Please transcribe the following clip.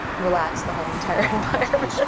relaxed the whole entire environment. yeah it